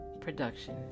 Production